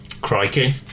Crikey